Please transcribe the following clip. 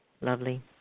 Lovely